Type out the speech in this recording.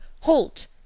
halt